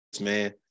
man